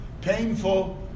painful